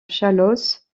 chalosse